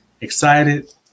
Excited